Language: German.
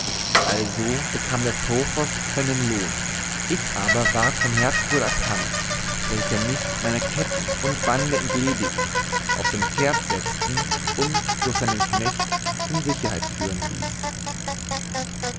also bekam der profos seinen lohn ich aber ward vom herzbruder erkannt welcher mich meiner ketten und bande entledigen auf sein pferd setzen und durch seinen knecht in sicherheit führen ließ